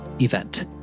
event